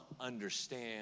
understand